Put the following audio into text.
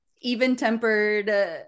even-tempered